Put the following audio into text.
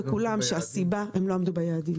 הם לא עמדו ביעדים?